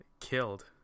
killed